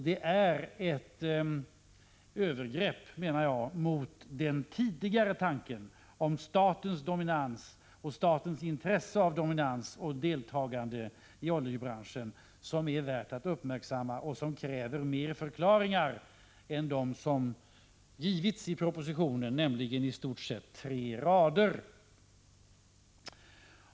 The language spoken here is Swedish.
Det är ett övergrepp mot den tidigare tanken om statens dominans och statens intresse av dominans och deltagande i oljebranschen som är värt att uppmärksammas och som kräver fler förklaringar än dem som har givits i propositionen — i stort sett på tre rader.